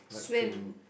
swim